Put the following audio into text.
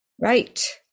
Right